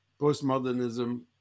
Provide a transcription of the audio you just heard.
postmodernism